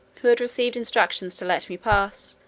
who had received instructions to let me pass,